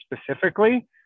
specifically